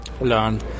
learn